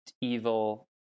evil